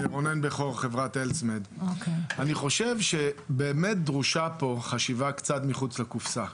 אני חושב שבאמת דרושה פה חשיבה קצת מחוץ לקופסה.